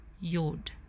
yod